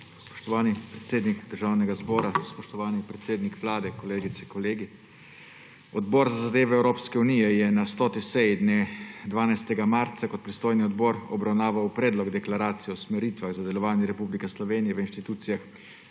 Spoštovani predsednik Državnega zbora, spoštovani predsednik Vlade, kolegice, kolegi! Odbor za zadeve Evropske unije je na 100. seji dne 12. marca kot pristojni odbor obravnaval Predlog deklaracije o usmeritvah za delovanje Republike Slovenije v institucijah